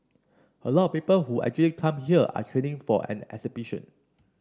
a lot of people who actually come here are training for an expedition